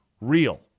real